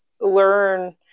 learn